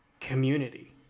community